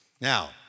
Now